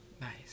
Nice